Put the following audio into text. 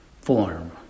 form